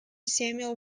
samuel